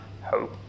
hope